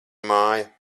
māja